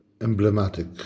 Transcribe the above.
emblematic